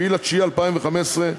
7 בספטמבר 2015,